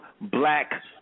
black